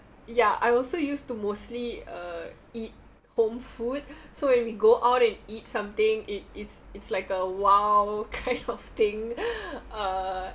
ya I also used to mostly uh eat home food so when we go out and eat something it it's it's like a wild kind of thing uh